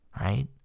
right